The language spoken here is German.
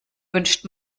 wünscht